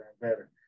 better